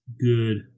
good